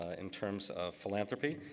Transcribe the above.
ah in terms of philanthropy,